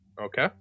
Okay